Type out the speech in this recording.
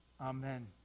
Amen